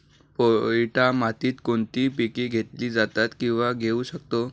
पोयटा मातीत कोणती पिके घेतली जातात, किंवा घेऊ शकतो?